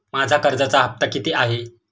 माझा कर्जाचा हफ्ता किती आहे?